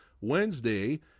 Wednesday